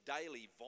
daily